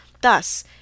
Thus